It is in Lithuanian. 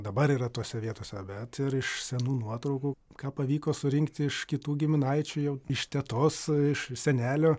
dabar yra tose vietose bet ir iš senų nuotraukų ką pavyko surinkti iš kitų giminaičių jau iš tetos iš senelio